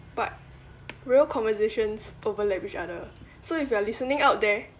but real conversations overlap each other so if you are listening out there